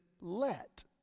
let